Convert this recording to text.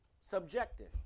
subjective